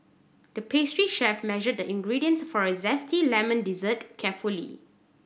the pastry chef measured the ingredients for a zesty lemon dessert carefully